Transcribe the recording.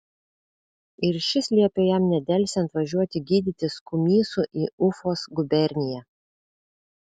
ir šis liepė jam nedelsiant važiuoti gydytis kumysu į ufos guberniją